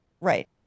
Right